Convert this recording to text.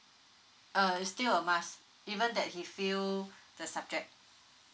uh is still of us even that he fail that subject